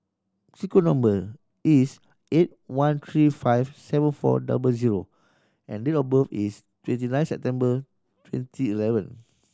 sequence number is eight one three five seven four double zero and date of birth is twenty nine September twenty eleven